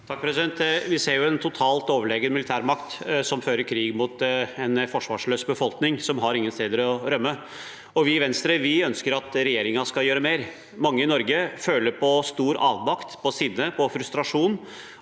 (V) Vi ser en totalt overlegen militærmakt som fører krig mot en forsvarsløs befolkning som ikke har noen steder å rømme. Vi i Venstre ønsker at regjeringen skal gjøre mer. Mange i Norge føler på stor avmakt, sinne og frustrasjon,